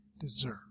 deserve